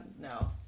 no